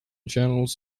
channels